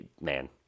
man